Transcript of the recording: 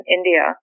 India